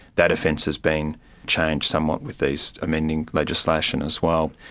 that offence has been changed somewhat with this amending legislation as well,